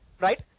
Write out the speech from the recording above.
right